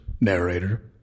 narrator